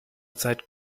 zeiten